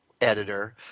editor –